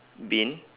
bin